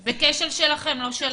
זה כשל שלכם, לא שלהם.